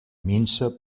minsa